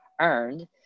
earned